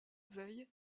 veille